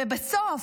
ובסוף,